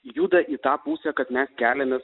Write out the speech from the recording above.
juda į tą pusę kad mes keliamės